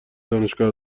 دانشگاه